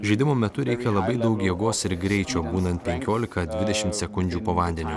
žaidimo metu reikia labai daug jėgos ir greičio būnant penkiolika dvidešimt sekundžių po vandeniu